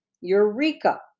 Eureka